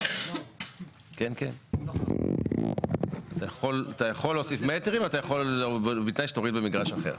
אתה יכול להוסיף מטרים, בתנאי שתוריד במגרש אחר.